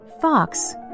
Fox